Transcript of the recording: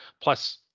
plus